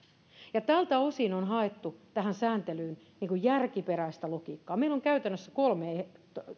ja tältä osin on haettu tähän sääntelyyn järkiperäistä logiikkaa meillä on käytännössä kolme